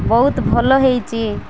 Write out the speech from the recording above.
ବହୁତ ଭଲ ହେଇଛି